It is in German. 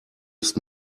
ist